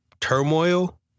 turmoil